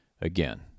again